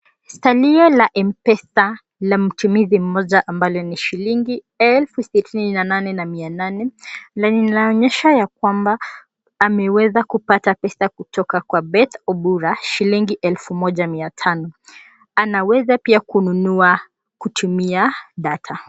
Salio la M-pesa la mtumizi mmoja ambalo ni shilingi 68,800 na linaonyesha ya kwamba ameweza kupata pesa kutoka kwa Beth Obura shilingi 1,500. Anaweza pia kununua kutumia data .